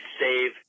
save